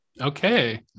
Okay